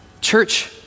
Church